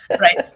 right